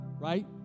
right